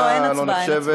ההצבעה לא נחשבת.